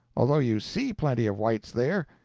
although you see plenty of whites there,